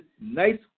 nice